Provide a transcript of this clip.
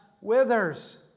withers